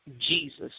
Jesus